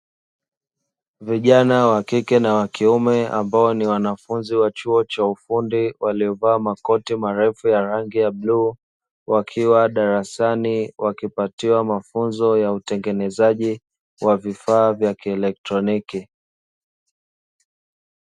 Vijana wakike na wakiume ambao ni wanafunzi wa chuo cha ufundi waliovaa makoti marefu ya rangi ya bluu, wakiwa darasani wakipatiwa mafunzo ya utengenezaji wa vifaa vya kielektroniki